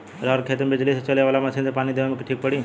रहर के खेती मे बिजली से चले वाला मसीन से पानी देवे मे ठीक पड़ी?